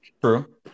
true